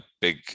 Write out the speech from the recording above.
big